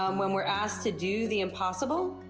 um when we're asked to do the impossible.